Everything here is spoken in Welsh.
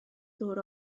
dŵr